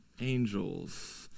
Angels